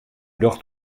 docht